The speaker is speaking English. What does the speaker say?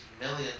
millions